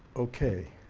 okay,